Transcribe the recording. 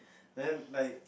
then like